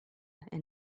and